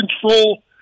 control